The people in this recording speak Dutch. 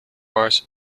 wars